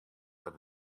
dat